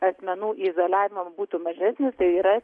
asmenų izoliavimas būtų mažesnis tai yra